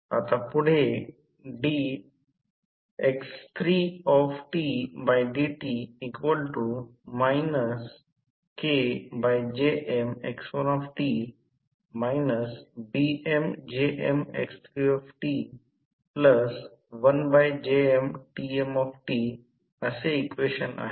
आता पुढे dx3dt KJmx1t BmJmx3t1JmTmt असे इक्वेशन आहे